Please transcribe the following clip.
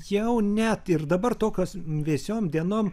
jau net ir dabar tokios vėsiom dienom